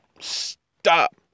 Stop